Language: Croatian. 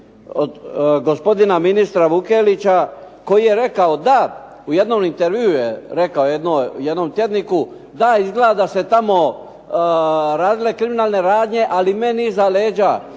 gospodina ministra Vukelića, koji je rekao da, u jednom intervjuu je rekao u jednom tjedniku, da izgleda da se tamo radile kriminalne radnje, ali meni iza leđa.